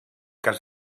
cas